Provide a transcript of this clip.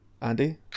Andy